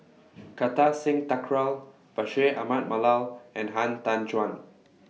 Kartar Singh Thakral Bashir Ahmad Mallal and Han Tan Juan